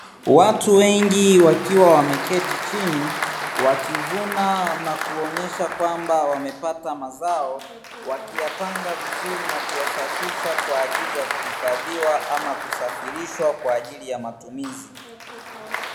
Watu wengi wakiwa wameketi chini wakivuna na kuonyesha kwamba wamepata mazao wakiyapanga vizuri na kuyasafisha kwa ajili ya kuhifadhiwa ama kusafirishwa kwa ajili ya matumizi